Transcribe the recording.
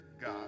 God